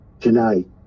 tonight